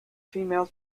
female